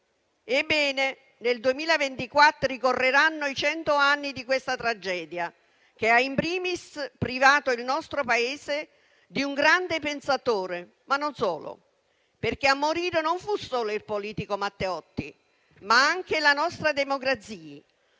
Ebbene, nel 2024 ricorreranno i cento anni da questa tragedia, che ha *in primis* privato il nostro Paese di un grande pensatore, ma non solo, perché a morire non fu solo il politico Matteotti, ma anche la nostra democrazia,